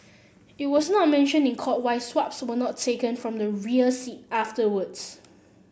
it was not mentioned in court why swabs were not taken from the rear seat afterwards